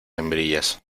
hembrillas